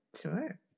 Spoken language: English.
Sure